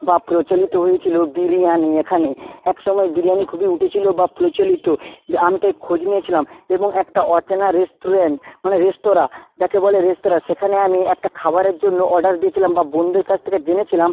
বা প্রচলিত হয়েছিলো বিরিয়ানি এখানে এক সময় বিরিয়ানি খুবই উঠেছিলো বা প্রচলিত আমি তাই খোঁজ নিয়েছিলাম এবং একটা অচেনা রেস্টুরেন্ট মানে রেস্তোরাঁ যাকে বলে রেস্তোরাঁ সেখানে আমি একটা খাবারের জন্য অর্ডার দিয়েছিলাম বা বন্ধুদের কাছ থেকে জেনেছিলাম